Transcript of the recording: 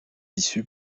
issues